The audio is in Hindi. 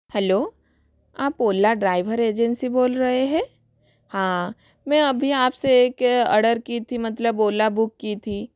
हैलो आप ओला ड्राइवर एजेंसी बोल रहे है हाँ मैं अभी आप से एक ऑर्डर की थी मतलब ओला बुक की थी